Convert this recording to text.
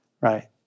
right